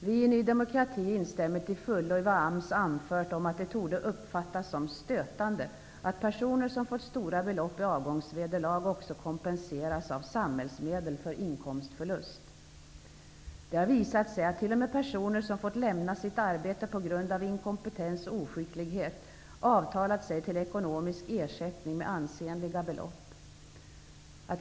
Vi i Ny demokrati instämmer till fullo i vad AMS har anfört om att det torde uppfattas som stötande, att personer som har fått stora belopp i avgångsvederlag också kompenseras med samhällsmedel för inkomstförlust. Det har visat sig att t.o.m. personer som har fått lämna sitt arbete på grund av inkompetens och oskicklighet har avtalat sig till ekonomisk ersättning med ansenliga belopp.